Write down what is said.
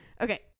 Okay